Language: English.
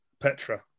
Petra